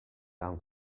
down